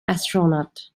astronaut